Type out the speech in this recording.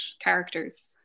characters